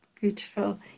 beautiful